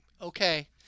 okay